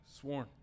sworn